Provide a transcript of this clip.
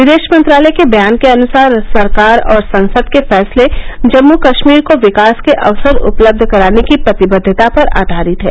विदेश मंत्रालय के बयान के अनुसार सरकार और संसद के फैसले जम्मू कश्मीर को विकास के अवसर उपलब्ध कराने की प्रतिबद्दता पर आधारित हैं